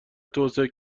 توسعه